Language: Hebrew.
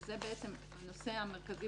וזה הנושא המרכזי,